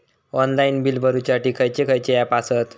Online bill भरुच्यासाठी खयचे खयचे ऍप आसत?